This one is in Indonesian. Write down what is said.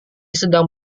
sedang